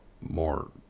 more